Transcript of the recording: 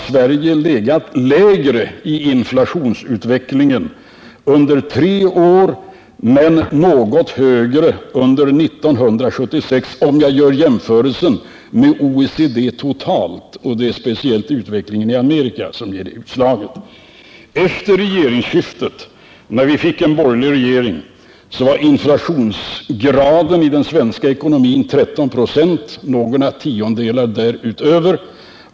Sverige har legat lägre i inflationsutvecklingen under tre av dessa år men något högre under 1976, om jag gör jämförelsen med OECD totalt — och det är speciellt utvecklingen i Amerika som ger det utslaget. Efter regeringsskiftet, när vi fick en borgerlig regering, var inflationsgraden i den svenska ekonomin 13 ?6 — och några tiondelar därutöver.